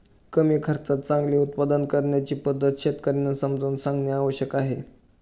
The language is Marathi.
कमी खर्चात चांगले उत्पादन करण्याची पद्धत शेतकर्यांना समजावून सांगणे आवश्यक आहे